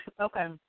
Okay